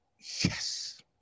Yes